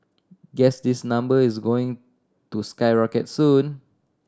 guess this number is going to skyrocket soon